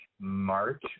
March